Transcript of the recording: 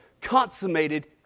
consummated